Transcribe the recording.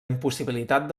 impossibilitat